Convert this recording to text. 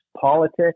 politics